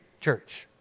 church